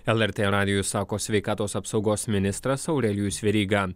lrt radijui sako sveikatos apsaugos ministras aurelijus veryga